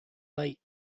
lake